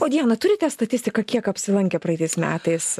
o diana turite statistiką kiek apsilankė praeitais metais